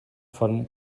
vom